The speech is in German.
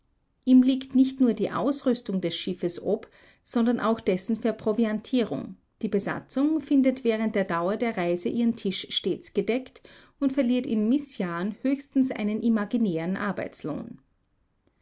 ihm liegt nicht nur die ausrüstung des schiffes ob sondern auch dessen verproviantierung die besatzung findet während der dauer der reise ihren tisch stets gedeckt und verliert in mißjahren höchstens einen imaginären arbeitslohn